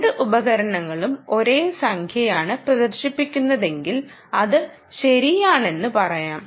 രണ്ട് ഉപകരണങ്ങളും ഒരേ സംഖ്യയാണ് പ്രദർശിപ്പിക്കുന്നതെങ്കിൽ അത് ശെരിയാണെന്നു പറയാം